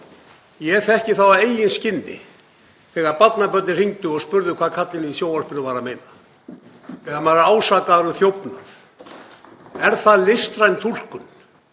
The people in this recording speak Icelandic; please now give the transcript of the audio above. Ég þekki það á eigin skinni þegar barnabörnin hringdu og spurðu hvað karlinn í sjónvarpinu væri að meina. Þegar maður er ásakaður um þjófnað, er það listræn túlkun?